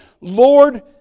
Lord